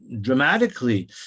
dramatically